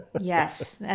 Yes